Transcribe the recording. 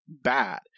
bad